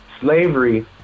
Slavery